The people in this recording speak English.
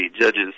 Judges